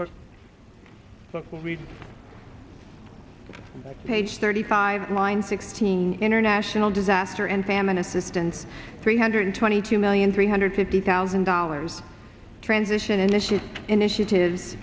or read page thirty five mine sixteen international disaster and famine assistance three hundred twenty two million three hundred fifty thousand dollars transition initiative initiative